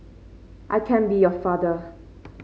I can be your father